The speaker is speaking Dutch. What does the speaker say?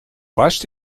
barst